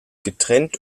getrennt